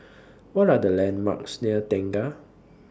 What Are The landmarks near Tengah